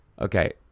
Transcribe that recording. Okay